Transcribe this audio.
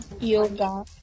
Yoga